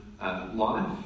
life